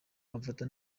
bamfata